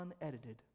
unedited